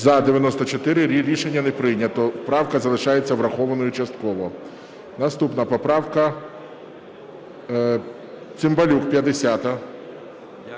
За-94 Рішення не прийнято. Правка залишається врахованою частково. Наступна поправка, Цимбалюк, 50-а.